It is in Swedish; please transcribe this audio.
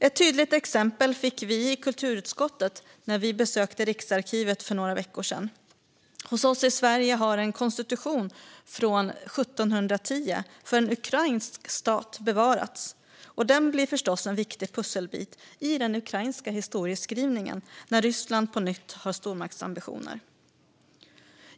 Ett tydligt exempel fick vi i kulturutskottet när vi besökte Riksarkivet för några veckor sedan. Hos oss i Sverige har en konstitution från 1710 för en ukrainsk stat bevarats, och den blir förstås en viktig pusselbit i den ukrainska historieskrivningen när Ryssland på nytt har stormaktsambitioner.